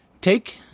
Take